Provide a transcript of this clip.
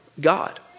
God